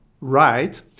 right